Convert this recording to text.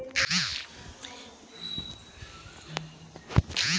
वित्तीय जोखिम प्रबंधन वित्तीय स्थिति क रक्षा करला